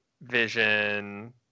vision